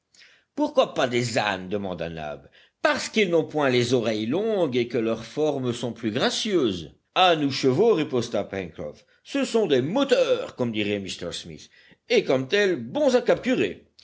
pourquoi pas des ânes demanda nab parce qu'ils n'ont point les oreilles longues et que leurs formes sont plus gracieuses ânes ou chevaux riposta pencroff ce sont des moteurs comme dirait m smith et comme tels bons à capturer